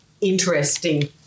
interesting